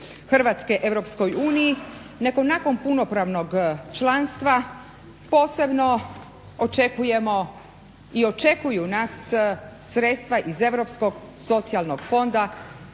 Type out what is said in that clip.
Hrvatske EU nego nakon punopravnog članstva posebno očekujemo i očekuju nas sredstva iz Europskog socijalnog fonda